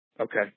Okay